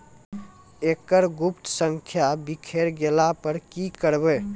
एकरऽ गुप्त संख्या बिसैर गेला पर की करवै?